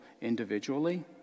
individually